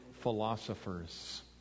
philosophers